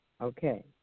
Okay